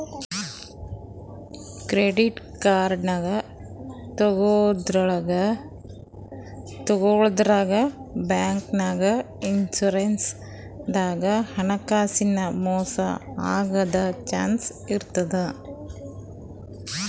credit card ತಗೋಳಾದ್ರಾಗ್, ಬ್ಯಾಂಕ್ನಾಗ್, insurance ದಾಗ್ ಹಣಕಾಸಿನ್ ಮೋಸ್ ಆಗದ್ ಚಾನ್ಸ್ ಇರ್ತದ್